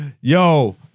Yo